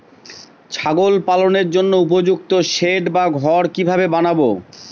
ছাগল পালনের জন্য উপযুক্ত সেড বা ঘর কিভাবে বানাবো?